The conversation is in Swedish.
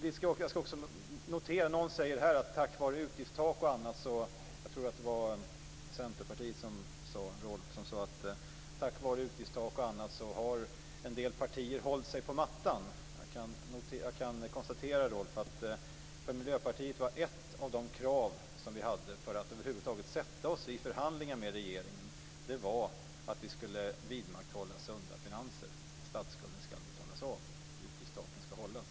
Någon sade här - jag tror att det var Centerpartiets Rolf Kenneryd - att tack vare utgiftstak och annat har en del partier hållit sig på mattan. Ett av de krav som vi i Miljöpartiet hade, Rolf Kenneryd, för att över huvud taget sätta oss i förhandlingar med regeringen var att vi skall vidmakthålla sunda finanser, att statsskulden skall betalas av och utgiftstaken skall hållas.